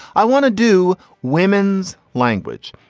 i want to do women's language.